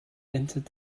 entered